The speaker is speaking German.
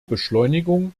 beschleunigung